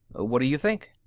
what do you think?